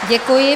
Děkuji.